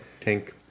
tank